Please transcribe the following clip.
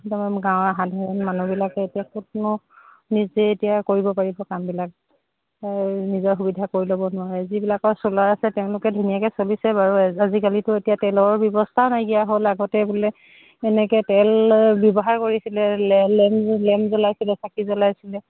একদম গাঁৱৰ সাধাৰণ মানুহবিলাকে এতিয়া ক'তনো নিজে এতিয়া কৰিব পাৰিব কামবিলাক নিজৰ সুবিধা কৰি ল'ব নোৱাৰে যিবিলাকৰ চোলাৰ আছে তেওঁলোকে ধুনীয়াকে চলিছে বাৰু আজিকালিতো এতিয়া তেলৰ ব্যৱস্থাও নাইকিয়া হ'ল আগতে বোলে এনেকে তেল ব্যৱহাৰ কৰিছিলে লেম লেম জ্বলাইছিলে চাকি জ্বলাইছিলে